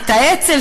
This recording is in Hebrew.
את האצ"ל,